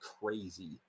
crazy